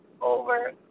over